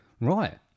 Right